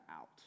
out